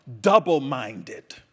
double-minded